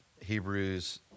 Hebrews